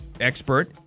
expert